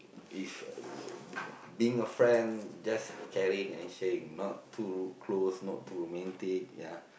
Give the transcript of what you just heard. it's being a friend just caring and sharing not too close not too romantic ya